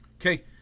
okay